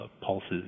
pulses